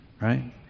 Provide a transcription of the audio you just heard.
right